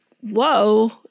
whoa